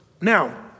Now